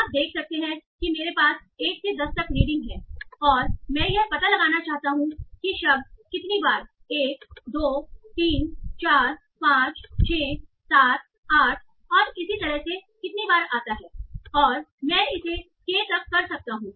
आप देख सकते हैं कि मेरे पास 1 से 10 तक रीडिंग है और मैं यह पता लगाना चाहता हूं कि यह शब्द कितनी बार 1 2 3 4 5 6 7 8 और इसी तरह से कितनी बार आता है और मैं इसे के तक कर सकता हूं